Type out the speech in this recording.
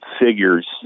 figures